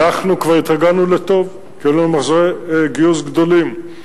אנחנו כבר התרגלנו לטוב, מחזורי גיוס גדולים.